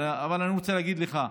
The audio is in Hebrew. אבל אני רוצה להגיד לך,